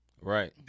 right